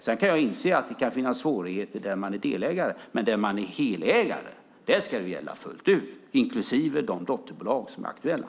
Sedan kan jag inse att det kan finnas svårigheter där man är delägare, men där man är helägare ska det gälla fullt ut, inklusive de dotterbolag som är aktuella.